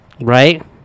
Right